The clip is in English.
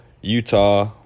Utah